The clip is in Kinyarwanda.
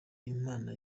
imana